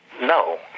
no